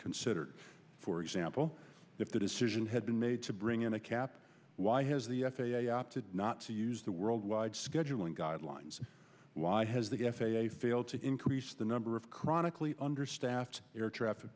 considered for example if the decision had been made to bring in a cap why has the f a a opted not to use the world wide scheduling guidelines why has the f a a failed to increase the number of chronically understaffed air traffic